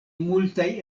multaj